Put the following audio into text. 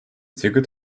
ticket